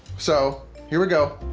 so here we go.